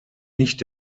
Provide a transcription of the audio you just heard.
nicht